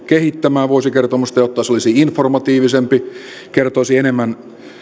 kehittämään vuosikertomusta jotta se olisi informatiivisempi kertoisi enemmän